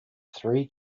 three